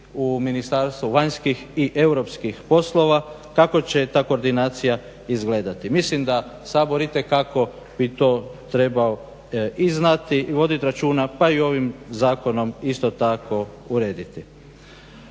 u Ministarstvu vanjskih i europskih poslova, kako će ta koordinacija izgledati. Mislim da Sabor itekako bi to trebao i znati i vodit računa pa i ovim zakonom isto tako urediti.